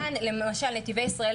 נתיבי ישראל,